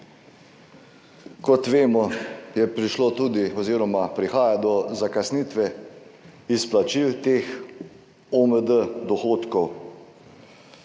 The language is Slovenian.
Kot vemo je prišlo tudi oziroma prihaja do zakasnitve izplačil teh OMD dohodkov.